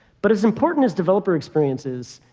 but as important as developer experiences,